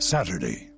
Saturday